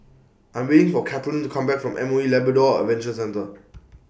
I'm waiting For Katlyn to Come Back from M O E Labrador Adventure Centre